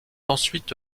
ensuite